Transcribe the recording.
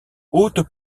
hautes